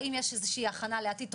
האם יש איזושהי הכנה לעתיד,